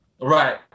right